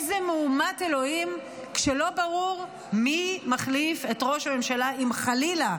איזה מהומת אלוהים כשלא ברור מי מחליף את ראש הממשלה אם חלילה,